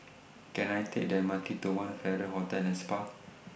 Can I Take The M R T to one Farrer Hotel and Spa